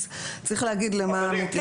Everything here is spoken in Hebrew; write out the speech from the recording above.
אז צריך להגיד למה ההתייחסות.